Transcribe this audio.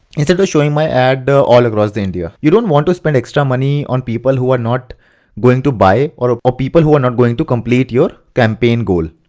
instead of showing my ad but all across india. you don't want to spend extra money on people who are not going to buy or people who are not going to complete your campaign goal.